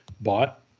bought